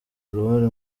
uruhare